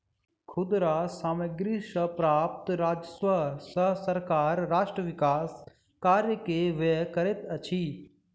खुदरा सामग्री सॅ प्राप्त राजस्व सॅ सरकार राष्ट्र विकास कार्य में व्यय करैत अछि